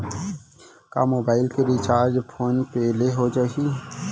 का मोबाइल के recharge phone पे ले हो जाही?